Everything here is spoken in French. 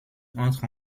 entrent